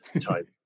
type